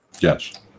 Yes